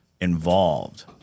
involved